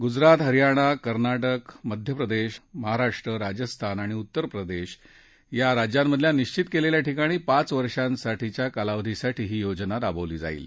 गुजरात हरयाणा कर्नाटक मध्यप्रदेश महाराष्ट्र राज्यस्थान आणि उत्तरप्रदेश या राज्यांमधल्या निश्वित केलेल्या ठिकाणी पाच वर्षांसाठीच्या कालाधीसाठी ही योजना राबवली जाईल